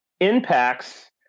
impacts